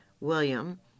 William